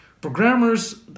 Programmers